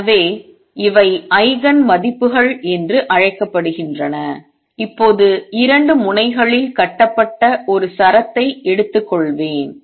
எனவே இவை ஐகன் மதிப்புகள் என்று அழைக்கப்படுகின்றன இப்போது 2 முனைகளில் கட்டப்பட்ட ஒரு சரத்தை எடுத்துக்கொள்வேன்